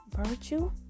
virtue